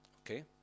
Okay